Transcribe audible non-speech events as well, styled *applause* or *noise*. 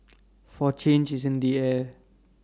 *noise* for change is in the air